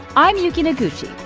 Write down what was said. i'm yuki noguchi.